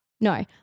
No